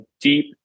deep